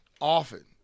often